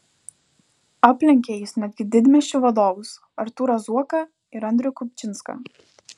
aplenkė jis netgi didmiesčių vadovus artūrą zuoką ir andrių kupčinską